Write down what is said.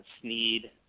Sneed